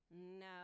No